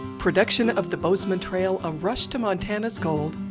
production of the bozeman trail a rush to montana's gold